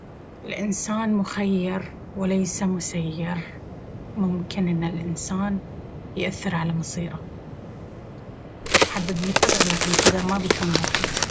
الإنسان مخير وليس مسير.... ممكن الانسان يأثر على مصيره، محدد بالقدر لكن القدر ما بيكون واحد.